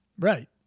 Right